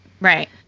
right